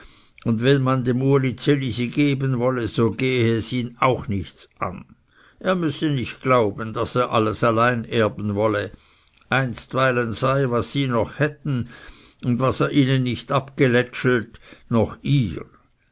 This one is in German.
und wenn man dem uli ds elisi geben wolle so gehe es ihn auch nichts an er müsse nicht glauben daß er alles allein erben wolle einstweilen sei was sie noch hätten und was er ihnen nicht abgeläschlet noch ihr